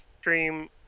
stream